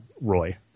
Roy